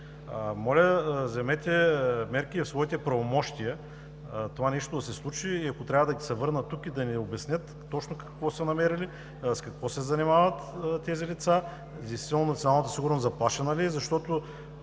Моля, вземете мерки спрямо своите правомощия, това нещо да се случи и ако трябва да се върнат тук и да ни обяснят точно какво са намерили, с какво се занимават тези лица, действително националната сигурност заплашена ли е, защото